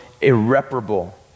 irreparable